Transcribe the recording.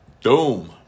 doom